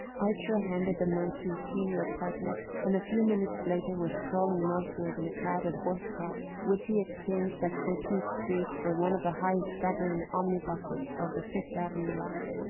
archer handed the note to his senior partner, and a few minutes later was crawling northward in a crowded horse-car, which he exchanged at fourteenth street for one of the high staggering omnibuses of the fifth avenue line.